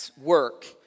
work